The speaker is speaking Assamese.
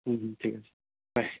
ঠিক আছে বাই